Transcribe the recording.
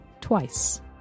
twice